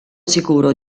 sicuro